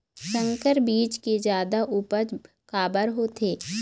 संकर बीज के जादा उपज काबर होथे?